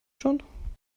schon